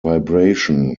vibration